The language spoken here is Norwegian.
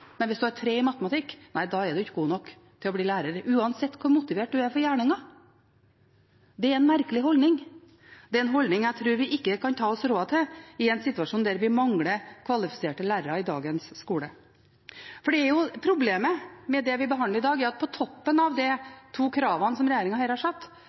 men hvis en har 3 i matematikk, er en ikke god nok til å bli lærer – uansett hvor motivert en er for gjerningen. Det er en merkelig holdning, det er en holdning jeg ikke tror vi kan ta oss råd til i en situasjon der dagens skole mangler kvalifiserte lærere. Problemet med det vi behandler i dag, er at på toppen av disse to kravene som regjeringen her har satt,